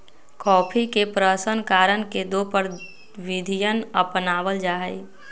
coffee के प्रशन करण के दो प्रविधियन अपनावल जा हई